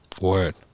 word